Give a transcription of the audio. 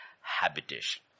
habitation